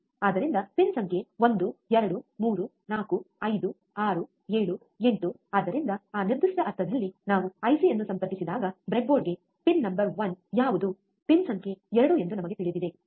ಆದ್ದರಿಂದ ಪಿನ್ ಸಂಖ್ಯೆ 1 2 3 4 5 6 7 8 ಆದ್ದರಿಂದ ಆ ನಿರ್ದಿಷ್ಟ ಅರ್ಥದಲ್ಲಿ ನಾವು ಐಸಿಯನ್ನು ಸಂಪರ್ಕಿಸಿದಾಗ ಬ್ರೆಡ್ಬೋರ್ಡ್ಗೆ ಪಿನ್ ನಂಬರ್ ಒನ್ ಯಾವುದು ಪಿನ್ ಸಂಖ್ಯೆ 2 ಎಂದು ನಮಗೆ ತಿಳಿದಿದೆ ಸರಿ